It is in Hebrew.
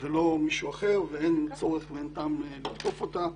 ולא מישהו אחר, ואין צורך ואין טעם לתקוף אותה.